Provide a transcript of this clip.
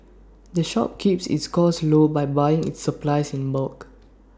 the shop keeps its costs low by buying its supplies in bulk